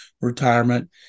retirement